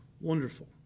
wonderful